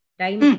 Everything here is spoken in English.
time